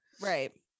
Right